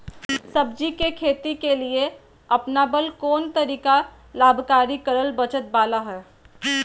सब्जी के खेती के लिए अपनाबल कोन तरीका लाभकारी कर बचत बाला है?